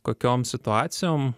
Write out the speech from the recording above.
kokiom situacijom